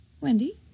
Wendy